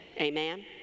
Amen